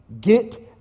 Get